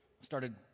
started